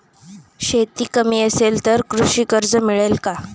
शेती कमी असेल तर कृषी कर्ज मिळेल का?